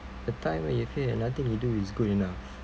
the time when you feel that nothing you do is good enough